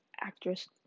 Actress